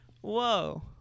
whoa